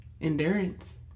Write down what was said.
Endurance